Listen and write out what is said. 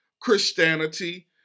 Christianity